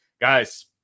guys